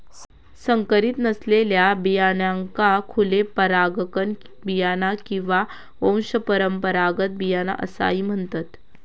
संकरीत नसलेल्या बियाण्यांका खुले परागकण बियाणा किंवा वंशपरंपरागत बियाणा असाही म्हणतत